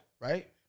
Right